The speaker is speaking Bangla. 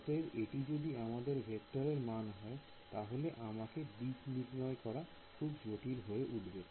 অতএব এটি যদি আমাদের ভেক্টরের মান হয় তাহলে আমাকে দিক নির্ণয় করা খুব জটিল হয়ে উঠবে